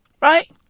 Right